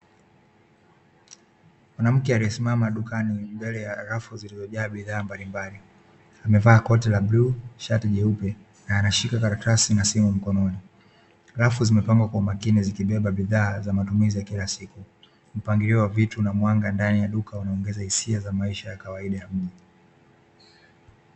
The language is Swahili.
Mwanamke aliyesimama dukani, mbele ya rafu zilizojaa bidhaa mbalimbali. Amevaa koti la bluu, shati jeupe na anashika karatasi na simu mkononi. Rafu zimepangwa kwa umakini zikibeba bidhaa za matumizi ya kila siku. Mpangilio wa vitu na mwanga ndani ya duka unaongeza hisia za maisha ya kawaida ya mji.